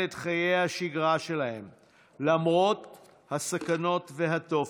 את חיי השגרה שלהם למרות הסכנות והתופת.